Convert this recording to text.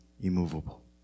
immovable